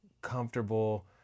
comfortable